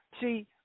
See